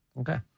okay